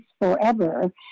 forever